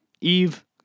Eve